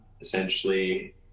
essentially